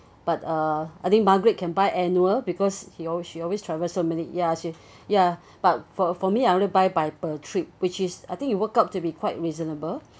but uh I think margaret can buy annual because he always she always travel so many ya she ya but for for me I only buy buy per trip which is I think you work up to be quite reasonable